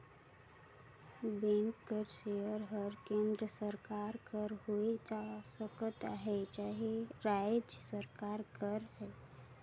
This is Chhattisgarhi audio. बेंक कर सेयर हर केन्द्र सरकार कर होए सकत अहे चहे राएज सरकार कर